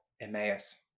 Emmaus